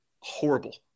horrible